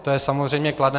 To je samozřejmě kladné.